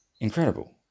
incredible